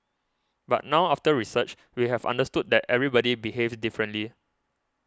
but now after research we have understood that everybody behaves differently